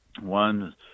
one